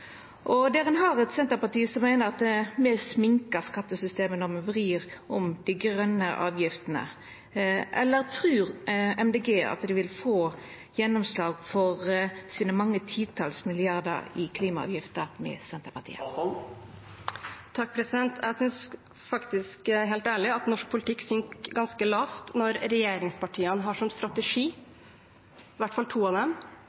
og der ein har eit Senterparti som meiner at me sminkar skattesystemet når me vrir om til dei grøne avgiftene. Trur Miljøpartiet Dei Grøne at dei vil få gjennomslag for sine mange titals milliardar i klimaavgifter saman med Senterpartiet? Jeg synes faktisk – helt ærlig – at norsk politikk synker ganske lavt når regjeringspartiene, i hvert fall to av dem, har som